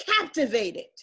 Captivated